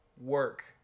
work